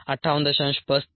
Slope Kmvm58